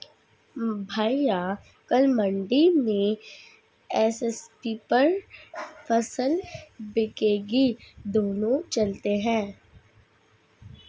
भैया कल मंडी में एम.एस.पी पर फसल बिकेगी दोनों चलते हैं